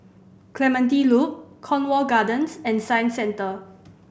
Clementi Loop Cornwall Gardens and Science Center